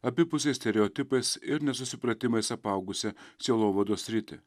abipusiais stereotipais ir nesusipratimais apaugusią sielovados sritį